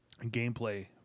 gameplay